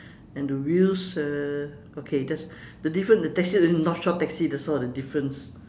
and the wheels uh okay just the difference the taxi north shore taxi that's all the difference